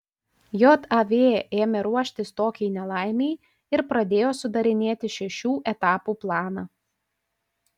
jav ėmė ruoštis tokiai nelaimei ir pradėjo sudarinėti šešių etapų planą